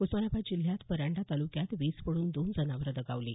उस्मानाबाद जिल्ह्यात परांडा तालुक्यात वीज पड्रन दोन जनावरं दगावली